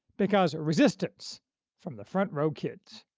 because resistance from the front-row kids.